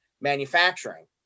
manufacturing